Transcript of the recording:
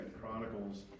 Chronicles